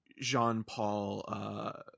Jean-Paul